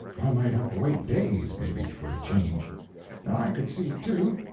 i might have to wait days, maybe, for a change and i could see, too,